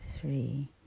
three